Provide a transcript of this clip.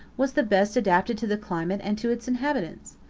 was the best adapted to the climate, and to its inhabitants.